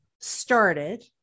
started